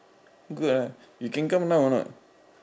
good ah you can come down or not